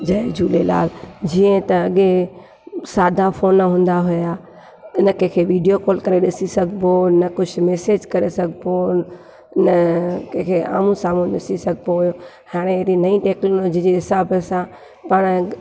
जय झूलेलाल जीअं त अॻे सादा फोन हूंदा हुया न कंहिं खे वीडियो कॉल करे ॾिसी सघिबो हो न कुझु मेसेज करे सघिबो हो न कंहिं खे आम्हूं साम्हूं ॾिसी सघिबो हो हाणे अहिड़ी नईं टेक्नोलोजी जे हिसाब सां पाण